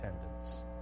attendance